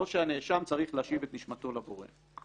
או שהנאשם צריך להשיב את נשמתו לבורא.